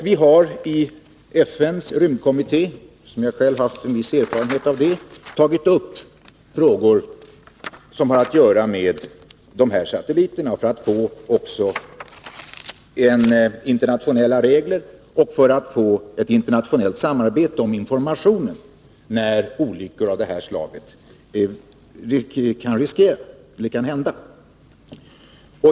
I FN:s rymdkommitté — som jag själv har viss erfarenhet av — har vi tagit upp frågor som har att göra med sådana här satelliter för att få till stånd internationella regler och ett internationellt samarbete beträffande informationen när det är risk att olyckor av det här slaget skall hända.